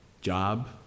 Job